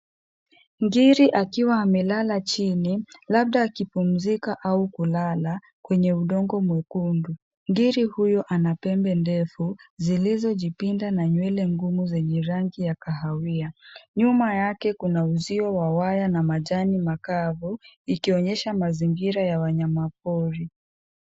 Ngiri akiwa amelala chini labda akipumzika au kulala kwenye udongo mwekundu. Ngiri huyo anapembe ndefu zilizo jipinda na nywele ngumu zenye rangi ya kahawia. Nyuma yake kuna uzio wa waya na majani makavu ikionyesha mazingira ya wanyama pori.